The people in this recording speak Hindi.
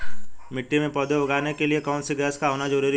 मिट्टी में पौधे उगाने के लिए कौन सी गैस का होना जरूरी है?